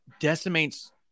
decimates